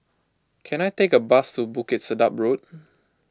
can I take a bus to Bukit Sedap Road